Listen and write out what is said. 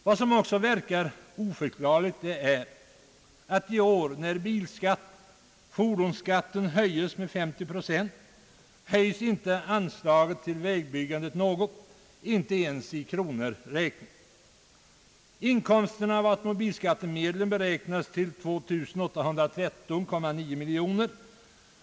Vad som också verkar oförklarligt är att i år, när bilskatten, dvs. fordonsskatten, höjts med 50 procent, ökas inte anslaget till vägbyggande något, inte ens i kronor räknat. Inkomsten av automobilskattemedlen beräknas till 2 813 900 000 kronor.